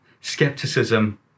Skepticism